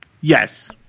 yes